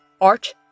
Arch